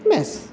ব্যাস